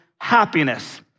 happiness